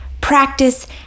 practice